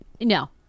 No